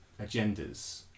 agendas